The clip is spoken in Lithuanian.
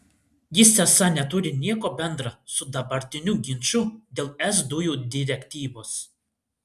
jis esą neturi nieko bendra su dabartiniu ginču dėl es dujų direktyvos